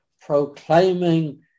proclaiming